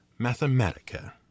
Mathematica